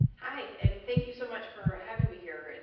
hi. and thank you so much for having me here. and